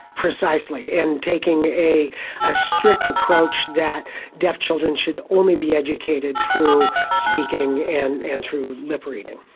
precisely and taking a ah strict approach that deaf children should only be educated through speaking and and through lip-reading.